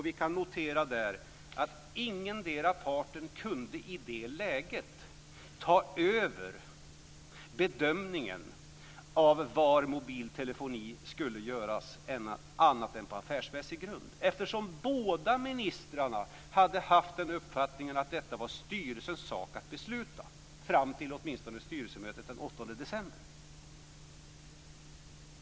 Vi kan notera att ingendera parten i det läget kunde ta över bedömningen av var mobil telefoni skulle placeras annat än på affärsmässig grund, eftersom båda ministrarna hade haft uppfattningen att detta var styrelsens sak att besluta, åtminstone fram till styrelsemötet den 8 december.